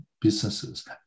businesses